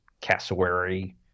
cassowary